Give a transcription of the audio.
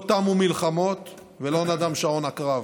לא תמו המלחמות ולא נדם שאון הקרב.